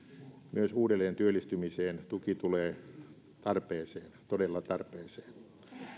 myös uudelleen työllistymiseen tuki tulee todella tarpeeseen